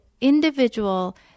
individual